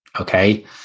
Okay